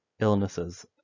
illnesses